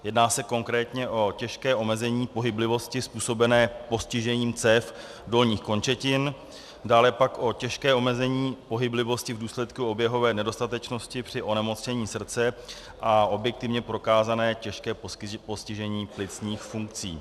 Jedná se konkrétně o těžké omezení pohyblivosti způsobené postižením cév dolních končetin, dále pak o těžké omezení pohyblivosti v důsledku oběhové nedostatečnosti při onemocnění srdce a objektivně prokázané těžké postižení plicních funkcí.